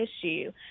issue